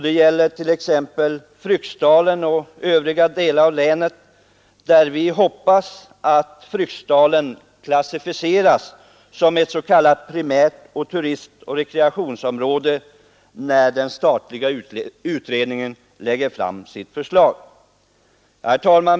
Det gäller t.ex. Fryksdalen och övriga delar av länet, där vi hoppas att Fryksdalen klassificeras som ett s.k. primärt turistoch rekreationsområde, när den statliga utredningen lägger fram sitt förslag. Herr talman!